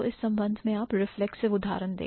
तो इस संबंध में आप reflexive उदाहरण देखें